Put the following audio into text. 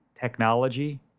technology